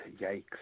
Yikes